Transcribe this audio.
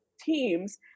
teams